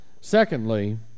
secondly